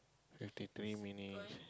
fifty three minutes